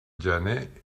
gener